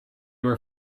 were